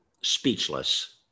speechless